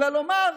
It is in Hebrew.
אלא לומר,